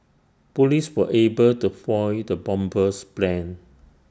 Police were able to foil the bomber's plans